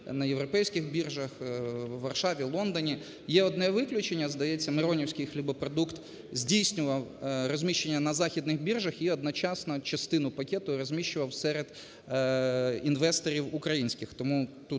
на європейський біржах в Варшаві, Лондоні. Є одне виключення, здається, "Миронівський хлібопродукт" здійснював розміщення на західних біржах і одночасно частину пакету розміщував серед інвесторів українських. Тому тут